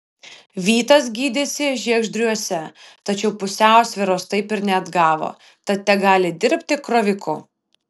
vytas gydėsi žiegždriuose tačiau pusiausvyros taip ir neatgavo tad tegali dirbti kroviku